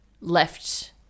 left